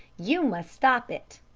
you must stop it.